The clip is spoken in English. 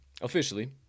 Officially